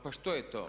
Pa što je to?